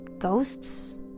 Ghosts